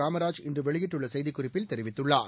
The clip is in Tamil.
காமராஜ் இன்று வெளியிட்டுள்ள செய்திக்குறிப்பில் தெரிவித்துள்ளார்